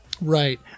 Right